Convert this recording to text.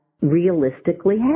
realistically